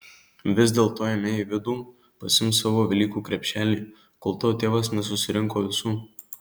vis dėlto eime į vidų pasiimk savo velykų krepšelį kol tavo tėvas nesusirinko visų